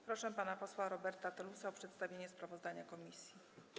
Proszę pana posła Roberta Telusa o przedstawienie sprawozdania komisji.